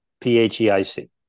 P-H-E-I-C